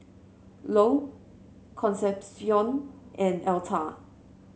Lou Concepcion and Elta